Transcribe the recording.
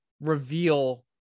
reveal